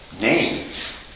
names